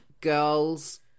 girls